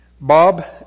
Bob